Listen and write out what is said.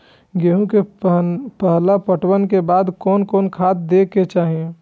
गेहूं के पहला पटवन के बाद कोन कौन खाद दे के चाहिए?